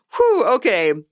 Okay